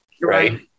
Right